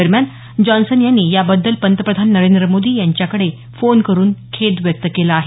दरम्यान जॉन्सन यांनी याबद्दल पंतप्रधान नरेंद्र मोदी यांच्याकडे फोन करून खेद व्यक्त केला आहे